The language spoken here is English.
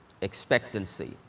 expectancy